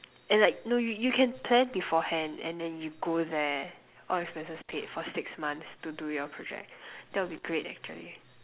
and like no you you can plan beforehand and then you go there all expenses paid for six months to do your project that will be great actually